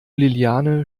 liliane